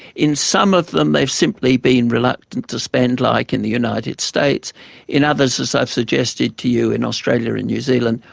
in some of them they've simply been reluctant to spend, like in the united states in others, as i've suggested to you in australia and new zealand,